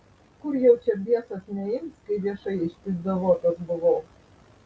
kur jau čia biesas neims kai viešai išpyzdavotas buvau